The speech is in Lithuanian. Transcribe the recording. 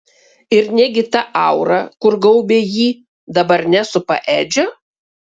ir negi ta aura kur gaubė jį dabar nesupa edžio